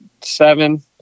seven